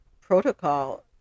protocol